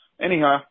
Anyhow